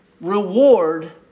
reward